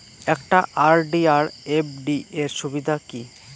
একটা আর.ডি আর এফ.ডি এর সুবিধা কি কি?